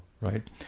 right